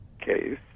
case